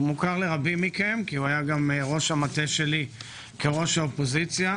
הוא מוכר לרבים מכם כי הוא היה גם ראש המטה שלי כראש האופוזיציה